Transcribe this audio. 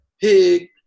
pig